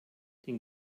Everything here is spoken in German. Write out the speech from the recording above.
den